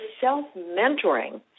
self-mentoring